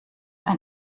ein